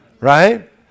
Right